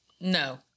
No